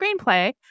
screenplay